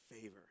favor